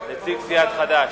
נציג סיעת חד"ש.